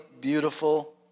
beautiful